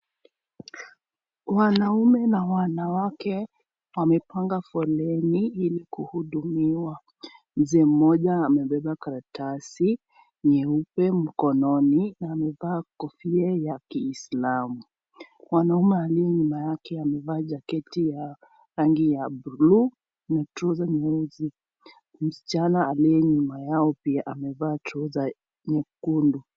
Wanaume na wanawake wamepanga foleni ili kuhudumiwa. Mzee mmoja amebeba karatasi, nyeupe mkononi, na amevaa kofia ya kiislamu. Mwanamme aliye nyuma yake amevaa jaketi ya rangi ya buluu na trauser nyeusi. Mschana aliye nyuma yao pia amevaa trauser nyekundu.